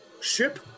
Ship